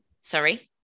sorry